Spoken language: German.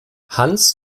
hans